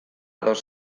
dos